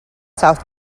south